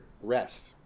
Rest